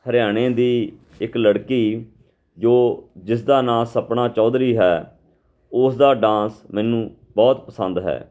ਹਰਿਆਣੇ ਦੀ ਇੱਕ ਲੜਕੀ ਜੋ ਜਿਸਦਾ ਨਾਂ ਸਪਣਾ ਚੌਧਰੀ ਹੈ ਉਸ ਦਾ ਡਾਂਸ ਮੈਨੂੰ ਬਹੁਤ ਪਸੰਦ ਹੈ